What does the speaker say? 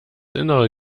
innere